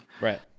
Right